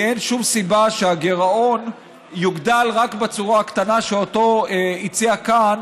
כי אין שום סיבה שהגירעון יוגדל רק בצורה הקטנה שהציע כאן